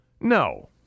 No